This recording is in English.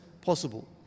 possible